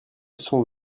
sont